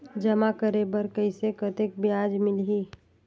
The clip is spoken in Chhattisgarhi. जमा करे बर कइसे कतेक ब्याज मिलही?